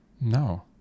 No